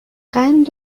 قند